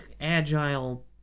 agile